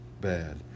bad